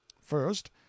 first